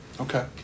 Okay